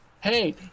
hey